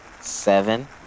Seven